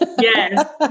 Yes